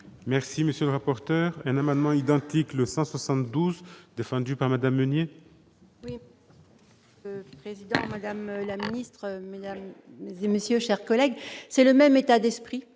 Merci, monsieur le rapporteur, un amendement identique le 172 défendue par Madame Meunier. Président, madame la ministre, et messieurs, chers collègues, c'est le même état d'esprit